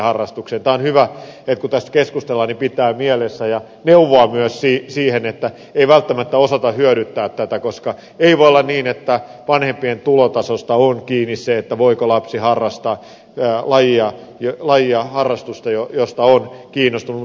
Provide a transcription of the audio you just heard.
tämä on hyvä kun tästä keskustellaan pitää mielessä ja on hyvä neuvoa myös siihen kun ei välttämättä osata hyödyntää tätä koska ei voi olla niin että vanhempien tulotasosta on kiinni se voiko lapsi harrastaa lajia voiko hänellä olla harrastus josta on kiinnostunut